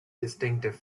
distinctive